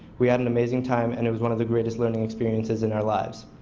we had an amazing time and it was one of the greatest learning experiences in our lives.